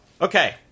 Okay